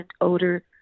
odor